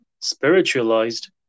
spiritualized